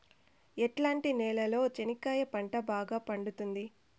ఎట్లాంటి నేలలో చెనక్కాయ పంట బాగా పండుతుంది?